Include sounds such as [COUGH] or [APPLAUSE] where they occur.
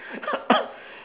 [COUGHS]